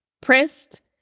pressed